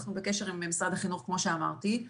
אנחנו בקשר עם משרד החינוך, כמו שאמרתי.